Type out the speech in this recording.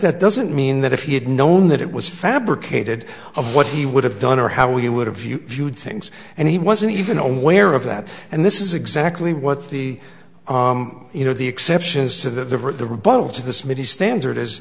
that doesn't mean that if he had known that it was fabricated of what he would have done or how he would have you viewed things and he wasn't even aware of that and this is exactly what the you know the exceptions to the the rebuttal to the smithy standard